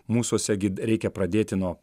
mūsuose gi reikia pradėti nuo